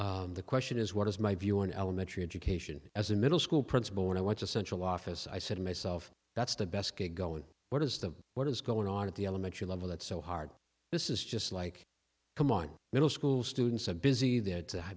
twelve the question is what is my view on elementary education as a middle school principal when i went to central office i said to myself that's the best gig go and what is the what is going on at the elementary level that's so hard this is just like come on middle school students a busy that